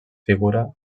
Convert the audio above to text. figura